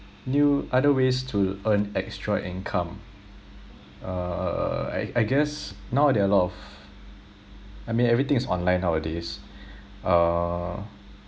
new other ways to earn extra income uh I I guess now there are a lot of I mean everything is online nowadays uh